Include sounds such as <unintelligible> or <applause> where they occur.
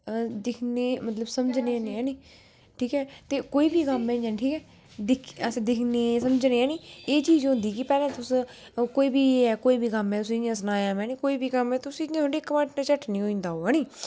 दिक्खने मतलब समझने होन्ने ऐनी ठीक ऐ ते कोई बी कम्म ऐ इ'यां ठीक ऐ दिक्ख अस दिक्खने समझने ऐनी एह् चीज होंदी कि पैह्लें तुस कोई बी एह् ऐ कोई बी कम्म ऐ तुसेंई में सनाया में कोई बी कम्म ऐ ते <unintelligible>